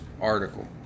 article